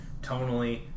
tonally